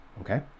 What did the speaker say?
okay